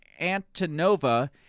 Antonova